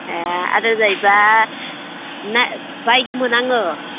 ए आदार जायोब्ला बायगोमोन आङो